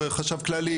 חשב כללי,